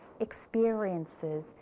Experiences